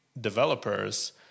developers